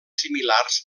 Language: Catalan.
similars